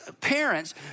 parents